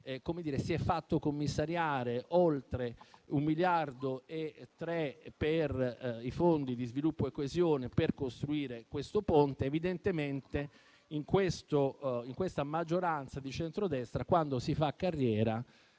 si è fatto commissariare oltre 1,3 miliardi per i fondi di sviluppo e coesione per costruire il ponte; evidentemente, in questa maggioranza di centrodestra, quando si fa carriera,